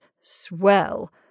swell